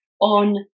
on